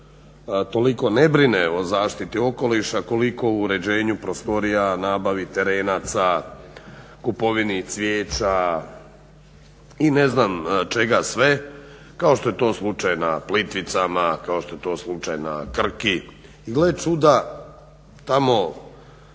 toliko ne brine o zaštiti okoliša koliko o uređenju prostorija, nabavi terenaca, kupovini cvijeća i ne znam čega sve, kao što je to slučaj na Plitvicama, kao što je to slučaj na Krki i gle čuda tamo